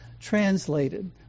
translated